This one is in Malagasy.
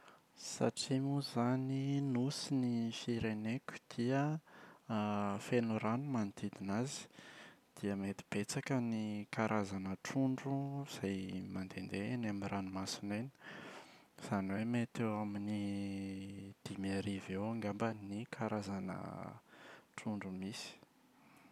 Satria moa izany nosy ny fireneko dia feno rano manodidina azy, dia mety betsaka ny karazana trondro izay mandehandeha eny amin’ny ranomasina eny. Izany hoe mety eo amin’ny dimy arivo eo angamba ny karazana trondro misy.